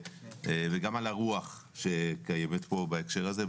וגם על הרוח שקיימת פה בהקשר הזה.